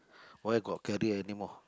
where got career anymore